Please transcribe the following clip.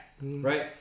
Right